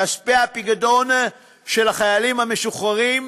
כספי הפיקדון של החיילים המשוחררים,